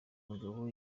mugabo